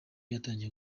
yatangiye